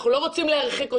אנחנו לא רוצים להרחיק אותם,